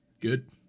good